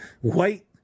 white